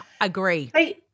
agree